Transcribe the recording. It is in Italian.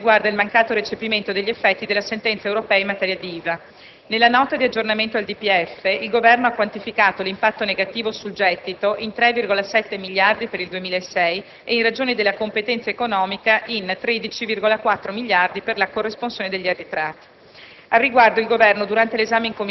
Un'altra questione sollevata in Commissione riguarda il mancato recepimento degli effetti della sentenza europea in materia di IVA. Nella Nota di aggiornamento al DPEF 2007-2011 il Governo ha quantificato l'impatto negativo sul gettito in 3,7 miliardi per il 2006 e, in ragione della competenza economica, in 13,4 miliardi per la corresponsione degli arretrati.